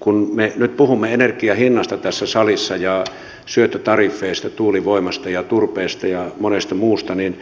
kun me nyt puhumme tässä salissa energian hinnasta syöttötariffeista tuulivoimasta ja turpeesta ja monesta muusta niin